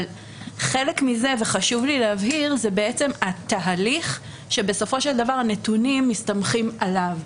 אבל חלק מזה זה בעצם התהליך שבסופו של דבר הנתונים מסתמכים עליו.